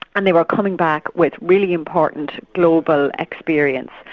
and they were coming back with really important global experience,